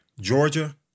Georgia